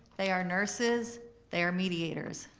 they are nurses, they are mediators,